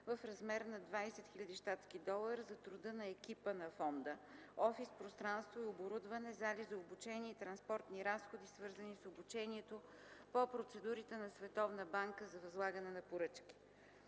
в размер на 20 000 щатски долара за труда на екипа на фонда, офис-пространство и оборудване, зали за обучение и транспортни разходи, свързани с обучението по процедурите на Световната банка за възлагане на поръчки.